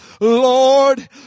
Lord